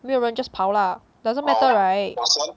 没有人 just 跑 lah doesn't matter right